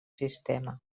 sistema